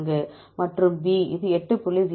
94 மற்றும் B இது 8